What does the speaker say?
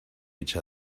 each